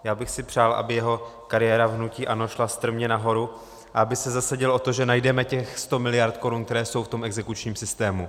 Já bych si přál, aby jeho kariéra v hnutí ANO šla strmě nahoru a aby se zasadil o to, že najdeme těch 100 miliard korun, které jsou v tom exekučním systému.